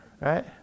right